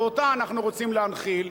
ואותה אנחנו רוצים להנחיל.